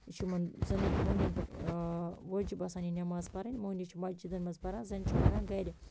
یہِ چھُ یِمَن زَنیٚن موٚہنوین پیٚٹھ وٲجِب آسان یہِ نماز پَرٕنۍ موٚہنی چھِ مَسجِدَن مَنٛز پَران زَنہِ چھِ پران گَرِ